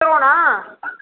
ਉਤਰੋ ਨਾ